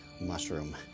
mushroom